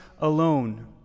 alone